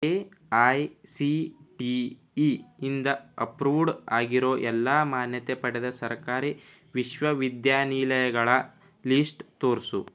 A I C T E ಇಂದ approved ಆಗಿರೊ ಎಲ್ಲ ಮಾನ್ಯತೆ ಪಡೆದ ಸರ್ಕಾರಿ ವಿಶ್ವವಿದ್ಯಾನಿಲಯಗಳ ಲೀಸ್ಟ್ ತೋರಿಸು